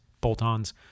bolt-ons